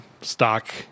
stock